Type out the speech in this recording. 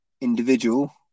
individual